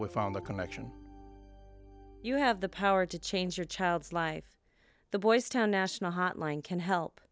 found the connection you have the power to change your child's life the boystown national hotline can help